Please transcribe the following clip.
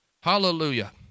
Hallelujah